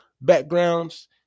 backgrounds